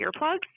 earplugs